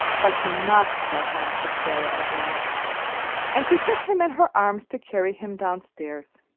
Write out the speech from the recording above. but you must go home, said sara at last and she took him in her arms to carry him downstairs.